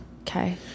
Okay